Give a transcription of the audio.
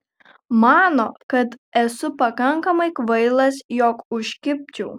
mano kad esu pakankamai kvailas jog užkibčiau